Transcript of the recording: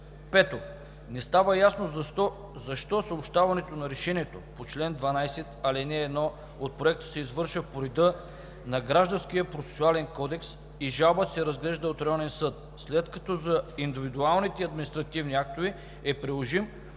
5. Не става ясно защо съобщаването на решението по чл. 12, ал. 1 от Проекта се извършва по реда на Гражданския процесуален кодекс и жалбата се разглежда от районния съд, след като за индивидуалните административни актове е приложим